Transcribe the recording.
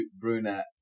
brunette